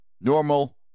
normal